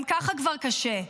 גם ככה כבר קשה,